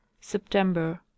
September